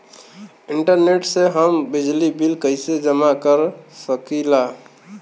Internet से हम बिजली बिल कइसे जमा कर सकी ला?